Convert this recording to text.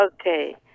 Okay